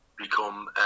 become